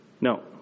No